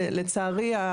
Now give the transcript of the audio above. לצערי,